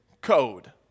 code